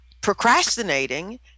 procrastinating